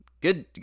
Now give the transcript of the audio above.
good